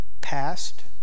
Past